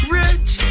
rich